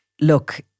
look